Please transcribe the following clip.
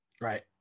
right